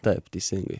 taip teisingai